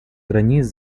границ